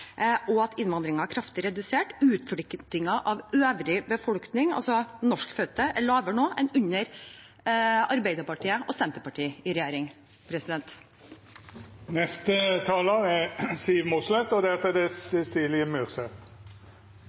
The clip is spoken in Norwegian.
og at innvandringen er kraftig redusert. Utflyttingen av øvrig befolkning, altså norskfødte, er lavere nå enn under Arbeiderpartiet og Senterpartiet i regjering. Det er flott i nord, men det er